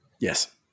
Yes